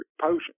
potion